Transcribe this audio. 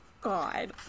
God